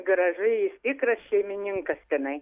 gražu jis tikras šeimininkas tenai